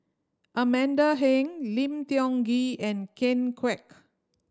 Amanda Heng Lim Tiong Ghee and Ken Kwek